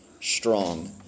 strong